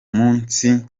munsi